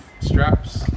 straps